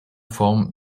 form